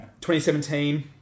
2017